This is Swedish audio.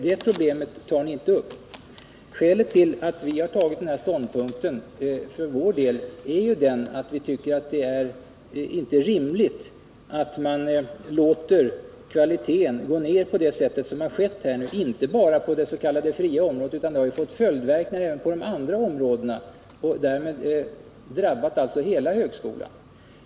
Det problemet tar ni inte upp. Skälet till att vi för vår del intagit den här ståndpunkten är att vi tycker att det inte är rimligt att man låter kvaliteten gå ner på det sätt som skett, inte bara på det s.k. fria området utan genom följdverkningar även på de andra områdena. Därmed är hela högskolan drabbad.